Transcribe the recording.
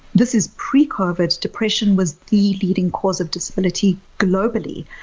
this is pre covid. depression was the leading cause of disability globally,